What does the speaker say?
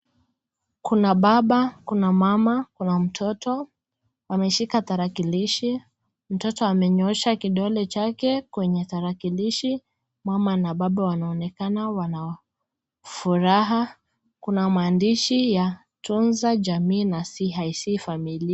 Kuna baba, kuna mama, kuna mtoto, wameshika tarakilishi, mtoto amenyoosha kidole chake kwenye tarakilishi. Mama na baba wanaonekana wanafuraha. Kuna maandishi ya tunza jamii na CIC Family...